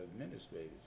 administrators